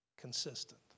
consistent